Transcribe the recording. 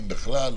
אם בכלל?